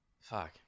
Fuck